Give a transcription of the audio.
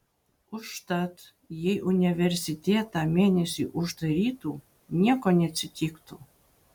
užtat jei universitetą mėnesiui uždarytų nieko neatsitiktų